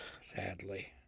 sadly